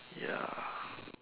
ya